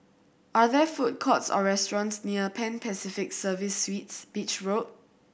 are there food courts or restaurants near Pan Pacific Service Suites Beach Road